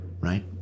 right